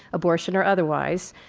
abortion or otherwise,